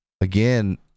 again